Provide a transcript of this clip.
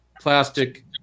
plastic